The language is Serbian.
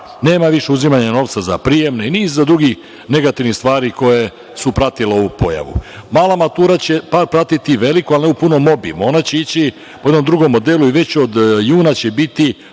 Nema više uzimanja novca za prijem i niz drugih negativnih stvari koje su pratila ovu pojavu. Mala matura će pratiti veliko, ali ne u punom obimu, ona će ići po jednom drugom modelu i već će od juna će biti